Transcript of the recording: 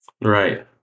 Right